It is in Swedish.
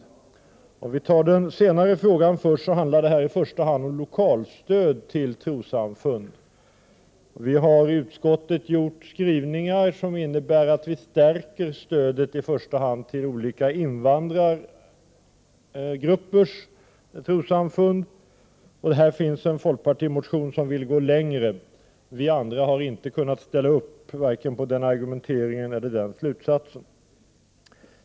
För att ta den senare frågan först handlar det här i första hand om lokalstöd till trossamfund. Vi har i utskottet gjort skrivningar som innebär att vi stärker stödet, i första hand till olika invandrargruppers trossamfund. Här finns en folkpartimotion där man vill gå längre. Vi andra har inte kunnat ställa upp vare sig på argumenteringen eller på slutsatsen i motionen.